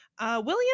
William